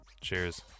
Cheers